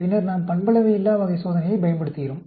பின்னர் நாம் பண்பளவையில்லா வகை சோதனையைப் பயன்படுத்துகிறோம்